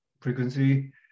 frequency